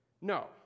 No